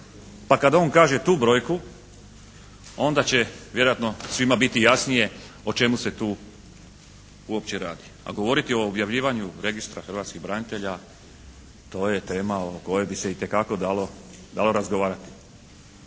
Pa kad on kaže tu brojku onda će vjerojatno svima biti jasnije o čemu se tu uopće radi. A govoriti o objavljivanju Registra hrvatskih branitelja to je tema o kojoj bi se itekako dalo razgovarati.